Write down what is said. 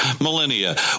millennia